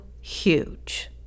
huge